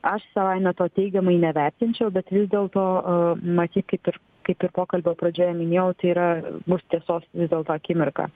aš savaime to teigiamai nevertinčiau bet vis dėlto matyt kaip ir kaip ir pokalbio pradžioje minėjau tai yra bus tiesos vis dėlto akimirka